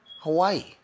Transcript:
Hawaii